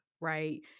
right